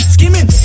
Skimming